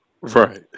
right